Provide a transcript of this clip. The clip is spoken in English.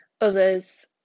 Others